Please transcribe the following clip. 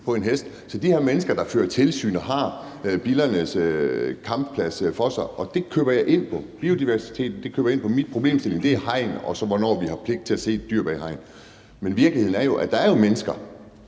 Så der er mennesker, der fører tilsyn og har billernes kampplads for øje – og det køber jeg ind på, biodiversiteten køber jeg ind på. Min problemstilling er hegn, og så hvornår vi har pligt til at se til et dyr bag hegn. Men virkeligheden er jo, at der er mennesker,